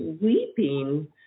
weeping